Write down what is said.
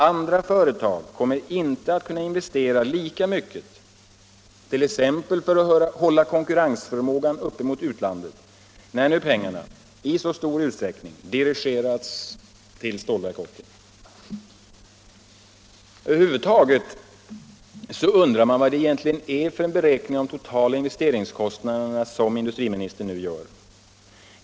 Andra företag kommer inte att kunna investera lika mycket t.ex. för att hålla konkurrensförmågan mot utlandet uppe, när nu pengarna i så stor utsträckning dirigeras till Stålverk 80. Över huvud taget undrar man vad det är för en beräkning av de totala investeringskostnaderna som industriministern nu gör.